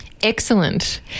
Excellent